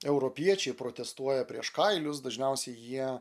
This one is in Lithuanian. europiečiai protestuoja prieš kailius dažniausiai jie